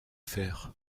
faire